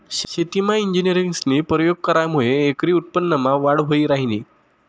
शेतीमा इंजिनियरस्नी परयोग करामुये एकरी उत्पन्नमा वाढ व्हयी ह्रायनी